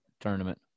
tournament